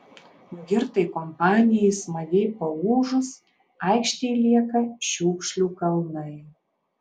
girtai kompanijai smagiai paūžus aikštėj lieka šiukšlių kalnai